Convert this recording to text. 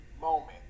moment